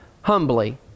humbly